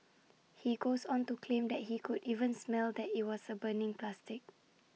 he goes on to claim that he could even smell that IT was A burning plastic